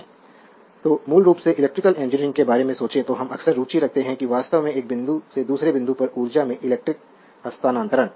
slide समय देखें 0306 तो और मूल रूप से इलेक्ट्रिकल इंजीनियरिंग के बारे में सोचें तो हम अक्सर रुचि रखते हैं कि वास्तव में एक बिंदु से दूसरे बिंदु पर ऊर्जा में इलेक्ट्रिक हस्तांतरण